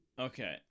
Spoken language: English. Okay